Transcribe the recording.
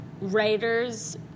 writers